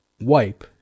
wipe